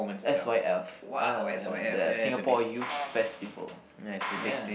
s_y_f ah ya the Singapore Youth Festival yeah